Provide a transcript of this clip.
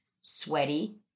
sweaty